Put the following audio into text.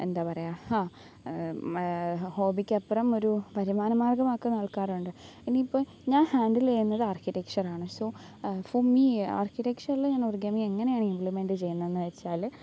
എന്താ പറയുക ആ ഹോബിക്ക് അപ്പുറമൊരു വരുമാന മാർഗ്ഗമാക്കുന്ന ആൾക്കാരുണ്ട് ഇനി ഇപ്പോൾ ഞാൻ ഹാൻഡിൽ ചെയ്യുന്നത് ആർക്കിടെക്ചറാണ് സൊ ഫോർ മി ആർക്കിടെക്ചറിൽ ഞാൻ ഒറിഗാമി എങ്ങനെയാണ് ഇമ്പ്ലിമെന്റ് ചെയ്യുന്നതെന്ന് വെച്ചാൽ